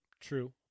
True